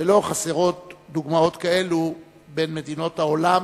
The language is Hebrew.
ולא חסרות דוגמאות כאלה בין מדינות העולם,